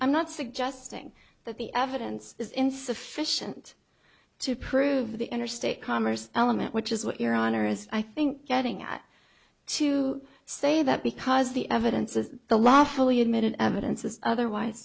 i'm not suggesting that the evidence is insufficient to prove the interstate commerce element which is what your honor is i think getting at to say that because the evidence as the law fully admitted evidence is otherwise